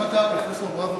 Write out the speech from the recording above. גם אתה, פרופסור ברוורמן.